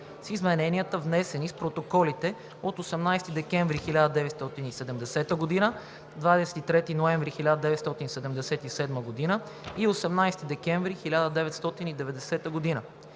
(с измененията, внесени с протоколите от 18 декември 1970 г., 23 ноември 1977 г. и 18 декември 1990 г.)